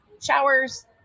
showers